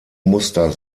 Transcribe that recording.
muster